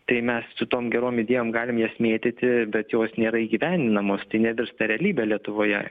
tai mes su tom gerom idėjom galim jas mėtyti bet jos nėra įgyvendinamos tai nevirsta realybe lietuvoje